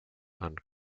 and